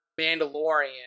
Mandalorian